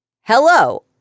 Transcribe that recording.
hello